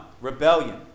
rebellion